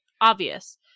obvious